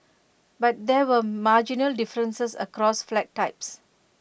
but there were marginal differences across flat types